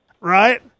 right